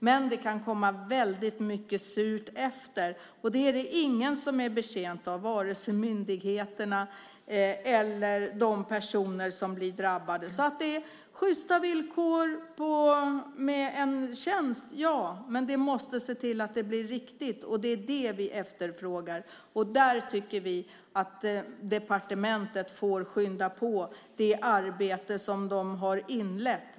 Men det kan komma väldigt mycket surt efter, och det är det ingen som är betjänt av, vare sig myndigheterna eller de personer som blir drabbade. Sjysta villkor med en tjänst - ja. Men man måste se till att det blir riktigt, och det är det som vi efterfrågar. Och där tycker vi att departementet får skynda på det arbete som man har inlett.